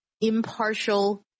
impartial